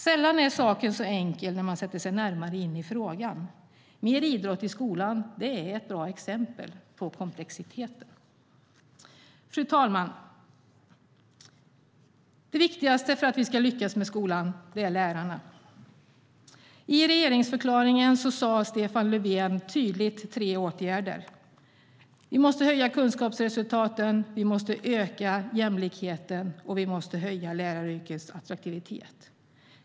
Saken är sällan enkel när man sätter sig närmare in i frågan. Mer idrott i skolan är ett bra exempel på komplexiteten. Fru talman! Det viktigaste för att vi ska lyckas med skolan är lärarna. I regeringsförklaringen angav Stefan Löfven tydligt tre åtgärder: Vi måste höja kunskapsresultaten, vi måste öka jämlikheten och vi måste höja läraryrkets attraktivitet.